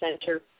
Center